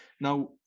Now